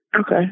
Okay